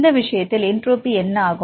இந்த விஷயத்தில் என்ட்ரோபி என்ன ஆகும்